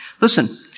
Listen